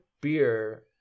beer